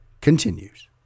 continues